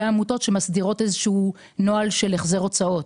עמותות שמסדירות איזשהו נוהל של החזר הוצאות